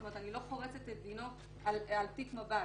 זאת אומרת אני לא חורצת את דינו על תיק מב"ד.